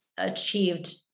achieved